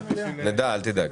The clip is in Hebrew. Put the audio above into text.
אל תדאג.